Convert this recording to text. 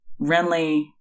Renly